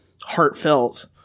heartfelt